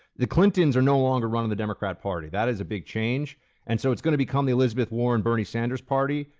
the clintons are no longer running the democrat party. that is a big change and so it's going to become the elizabeth warren, bernie sanders party,